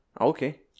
Okay